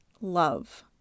love